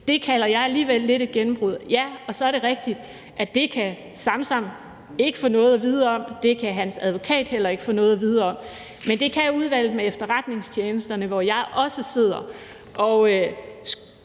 Det kalder jeg alligevel lidt et gennembrud. Ja, og så er det rigtigt, at det kan Samsam ikke få noget at vide om, og det kan hans advokat heller ikke få noget at vide om, men det kan Udvalget vedrørende Efterretningstjenesterne, hvor jeg også sidder. Skulle